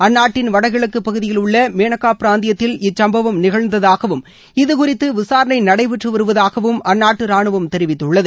அந்நாட்டின் வடகிழக்குப் பகுதியில் உள்ள மேனகா பிராந்தியத்தில் இச்சுப்பவம் நிகழ்ந்ததாகவும் இதுகுறித்து விசாரணை நடைபெற்று வருவதாகவும் அந்நாட்டு ராணுவம் தெரிவித்துள்ளது